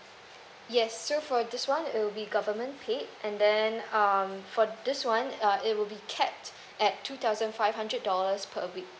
yes so for this one it will be government paid and then um for this one uh it will be capped at two thousand five hundred dollars per week